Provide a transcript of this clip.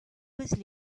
was